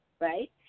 right